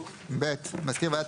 (ב) מזכיר ועדת